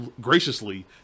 graciously